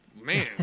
man